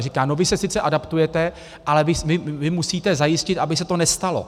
Říkali: vy se sice adaptujete, ale vy musíte zajistit, aby se to nestalo.